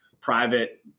private